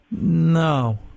No